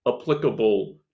applicable